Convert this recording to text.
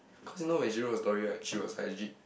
cause you know when she wrote the story right she was like legit